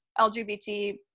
LGBT